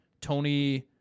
Tony